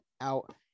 out